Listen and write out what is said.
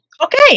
Okay